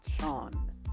Sean